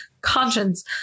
conscience